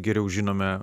geriau žinome